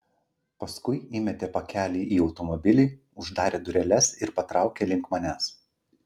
paskui įmetė pakelį į automobilį uždarė dureles ir patraukė link manęs